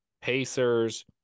Pacers